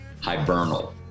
Hibernal